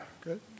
Good